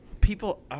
People